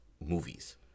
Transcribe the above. movies